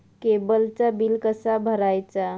केबलचा बिल कसा भरायचा?